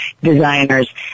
designers